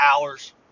hours